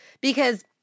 because-